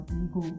ego